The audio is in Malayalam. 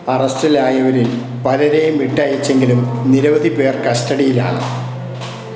അറസ്റ്റിലായവരിൽ പലരെയും വിട്ടയച്ചെങ്കിലും നിരവധി പേർ കസ്റ്റഡിയിലാണ്